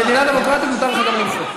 במדינה דמוקרטית מותר לך גם למחות.